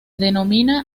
denomina